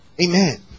Amen